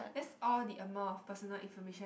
this all the amount of personal information